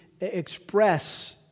express